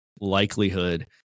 likelihood